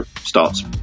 starts